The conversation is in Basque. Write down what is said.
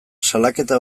salaketa